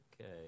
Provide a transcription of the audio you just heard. Okay